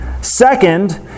Second